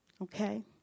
Okay